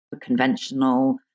conventional